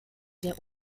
der